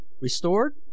restored